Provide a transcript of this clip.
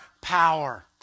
power